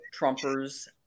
Trumpers